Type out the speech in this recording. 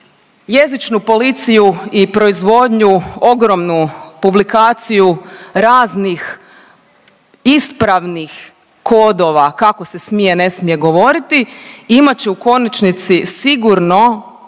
jezičnu policiju i proizvodnju ogromnu publikaciju raznih ispravnih kodova kako se smije, ne smije govoriti i imat će u konačnici sigurno